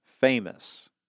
famous